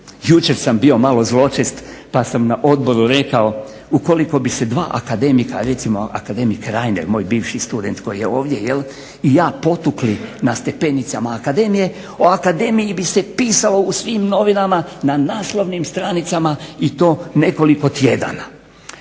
Jučer sam bio malo zločest pa sam na odboru rekao ukoliko bi se dva akademika recimo akademik Reiner moj bivši student koji je ovdje jel' i ja potukli na stepenicama Akademije o Akademiji bi se pisalo u svim novinama na naslovnim stranicama i to nekoliko tjedana.